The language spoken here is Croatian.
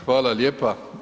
Hvala lijepa.